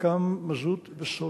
חלקם מזוט וסולר.